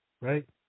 right